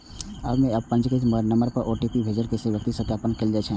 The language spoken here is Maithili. अय मे एप पंजीकृत मोबाइल नंबर पर ओ.टी.पी भेज के सही व्यक्ति के सत्यापन कैल जाइ छै